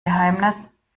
geheimnis